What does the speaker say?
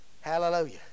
Hallelujah